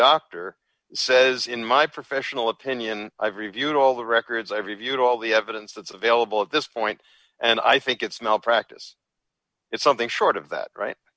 doctor says in my professional opinion i've reviewed all the records every viewed all the evidence that's available at this point and i think it's not a practice it's something short of that right